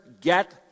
get